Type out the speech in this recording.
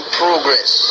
progress